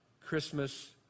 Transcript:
Christmas